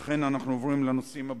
ובכן, אנחנו עוברים להצבעה.